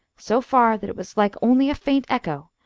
so far that it was like only a faint echo,